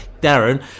Darren